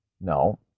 No